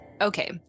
okay